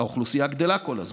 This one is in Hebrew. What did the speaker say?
האוכלוסייה גדלה כל הזמן.